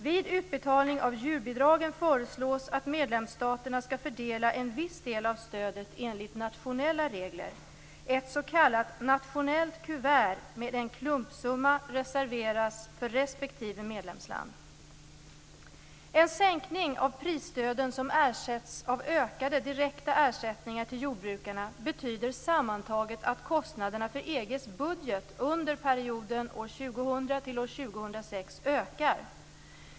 Vid utbetalning av djurbidragen föreslås att medlemsstaterna skall fördela en viss del av stödet enligt nationella regler. Ett s.k. En sänkning av prisstöden som ersätts av ökade direkta ersättningar till jordbrukarna betyder sammantaget att kostnaderna för EG:s budget under perioden 2000-2006 ökar.